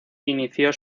inició